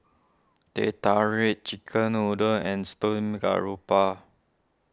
Teh Tarik Chicken Noodles and Steamed Garoupa